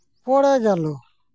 ᱯᱚᱲᱮ ᱜᱮᱞᱚ